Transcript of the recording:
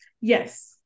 yes